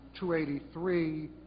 283